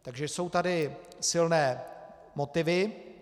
Takže jsou tady silné motivy.